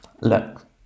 look